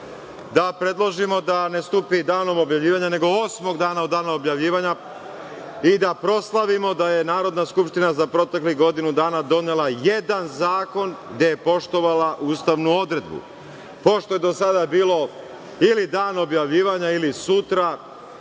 da predložimo da ne stupi danom objavljivanja, nego osmog dana objavljivanja i da proslavimo da je Narodna skupština za proteklih godinu dana donela jedan zakon gde je poštovala ustavnu odredbu. Pošto je do sada bilo ili dan objavljivanja, ili